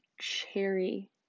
cherry